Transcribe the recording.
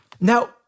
Now